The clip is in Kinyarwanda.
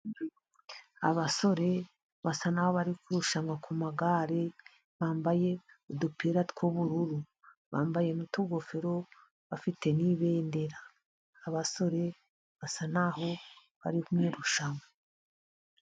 Abasore basa naho bari kurushanwa ku magare, bambaye udupira tw'ubururu, bambaye n'utugofero, bafite n'ibendera, abasore basa naho bari mu irushanwa.